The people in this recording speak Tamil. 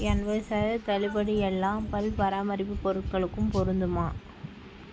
எண்பது சதவீத தள்ளுபடி எல்லாம் பல் பராமரிப்பு பொருட்களுக்கும் பொருந்துமா